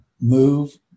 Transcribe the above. move